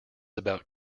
about